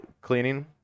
cleaning